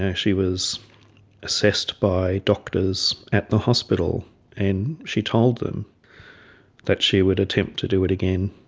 yeah she was assessed by doctors at the hospital and she told them that she would attempt to do it again.